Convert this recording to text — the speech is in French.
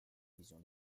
vision